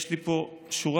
יש לי פה שורה,